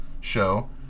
show